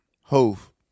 Hove